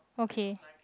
okay